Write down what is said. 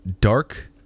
dark